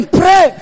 pray